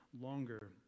longer